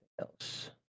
else